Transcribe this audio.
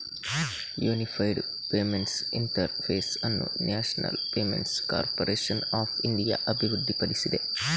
unified payments interface ಅನ್ನು national payments corporation of India ಅಭಿವೃದ್ಧಿಪಡಿಸಿದೆ